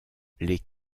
les